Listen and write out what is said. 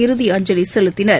இறுதி அஞ்சலி செலுத்தினர்